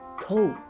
Coat